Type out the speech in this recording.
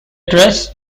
dress